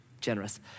generous